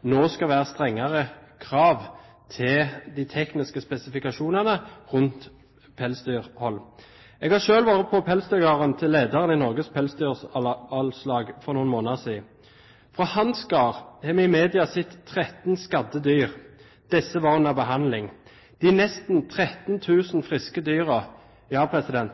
nå skal være strengere krav til de tekniske spesifikasjonene rundt pelsdyrhold. Jeg har selv vært på pelsdyrgården til lederen i Norges Pelsdyralslag for noen måneder siden. På hans gård har vi i media sett 13 skadde dyr. Disse var under behandling. De nesten 13 000 friske dyrene